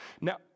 Now